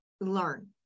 learn